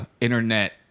internet